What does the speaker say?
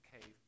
cave